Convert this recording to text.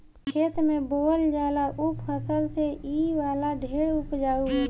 खेत में बोअल जाला ऊ फसल से इ वाला ढेर उपजाउ होला